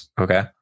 Okay